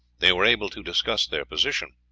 they were able to discuss their position.